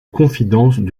confidences